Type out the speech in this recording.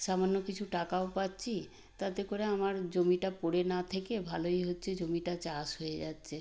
সামান্য কিছু টাকাও পাচ্ছি তাতে করে আমার জমিটা পড়ে না থেকে ভালোই হচ্ছে জমিটা চাষ হয়ে যাচ্ছে